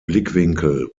blickwinkel